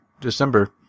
December